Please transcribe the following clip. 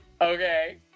okay